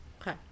Okay